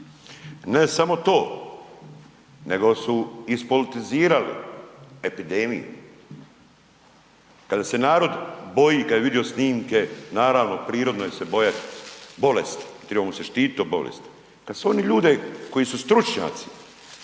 Ne samo to, nego su ispolitizirali epidemiju. Kada se narod, kad je vidio snimke naravno, prirodno se bojati bolesti, trebamo se štititi od bolesti, kad su oni ljude koji su stručnjaci